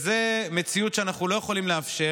זאת מציאות שאנחנו לא יכולים לאפשר.